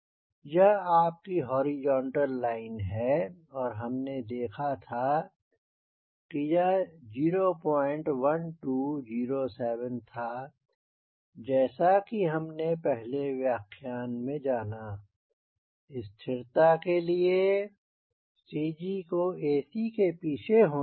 यह आपकी horizontal line है और हमने देखा था कि यह 01207 था जैसा कि हमने पहले के व्याख्यान में जाना स्थिरता के लिए CG को AC के पीछे होना चाहिए